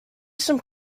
some